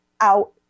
out